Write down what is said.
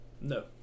No